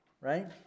Right